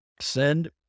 send